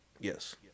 yes